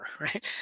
right